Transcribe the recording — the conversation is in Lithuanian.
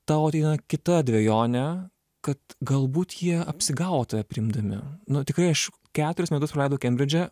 tau ateina kita dvejonė kad galbūt jie apsigavo tave priimdami nu tikrai aš keturis metus praleidau kembridže